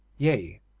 yea,